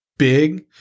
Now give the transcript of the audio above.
big